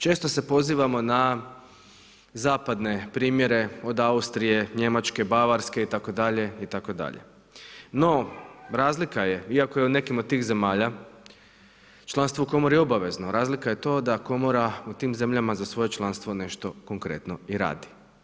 Često se pozivamo na zapadne primjere od Austrije, Njemačke, Bavarske itd. itd., no razlika je, iako je u nekima od tih zemalja članstvo u komori obavezno, razlika je u to da komora u tim zemljama za svoje članstvo nešto konkretno i radi.